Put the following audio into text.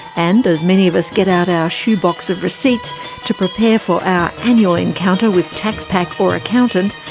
and, as many of us get out our shoe box of receipts to prepare for our annual encounter with tax pack or accountant,